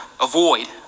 avoid